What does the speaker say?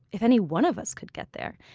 if any one of us could get there,